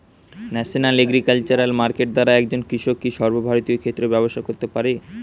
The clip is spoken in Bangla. ন্যাশনাল এগ্রিকালচার মার্কেট দ্বারা একজন কৃষক কি সর্বভারতীয় ক্ষেত্রে ব্যবসা করতে পারে?